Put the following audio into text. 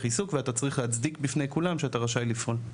עיסוק ואתה רק צריך להצדיק בפני כולם שאתה רשאי לפעול.